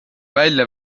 välja